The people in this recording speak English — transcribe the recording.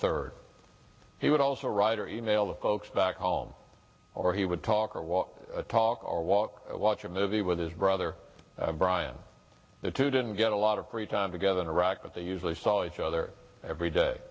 third he would also write or e mail the folks back home or he would talk or walk talk or walk or watch a movie with his brother brian the two didn't get a lot of free time together in iraq but they usually saw each other every day